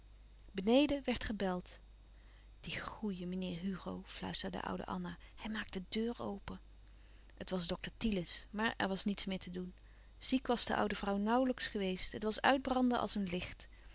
beneden werd gebeld die goeie meneer hugo fluisterde oude anna hij maakt de deur open het was dokter thielens maar er was niets meer te doen ziek was de oude vrouw nauwlijks geweest het was uitbranden als een licht